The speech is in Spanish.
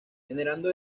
generando